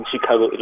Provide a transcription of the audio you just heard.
chicago